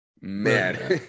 man